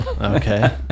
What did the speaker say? Okay